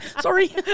Sorry